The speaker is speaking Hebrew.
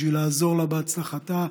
בשביל לעזור לה בהצלחתה,